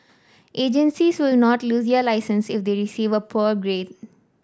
agencies will not lose their licence if they receive a poor grade